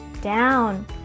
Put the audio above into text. down